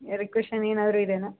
requisition ಏನಾದರೂ ಇದೆಯಾ